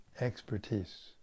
expertise